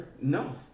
No